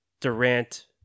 Durant